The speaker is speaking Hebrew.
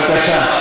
בבקשה.